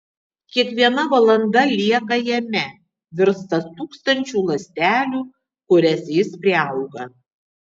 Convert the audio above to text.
kiekviena valanda lieka jame virsta tūkstančiu ląstelių kurias jis priauga